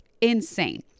insane